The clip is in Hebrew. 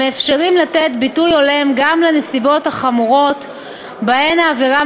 המאפשרים לתת ביטוי הולם גם לנסיבות החמורות שבהן העבירה